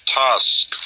task